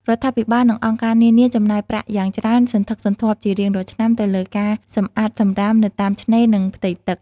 រដ្ឋាភិបាល និងអង្គការនានាចំណាយប្រាក់យ៉ាងច្រើនសន្ធឹកសន្ធាប់ជារៀងរាល់ឆ្នាំទៅលើការសម្អាតសំរាមនៅតាមឆ្នេរ និងផ្ទៃទឹក។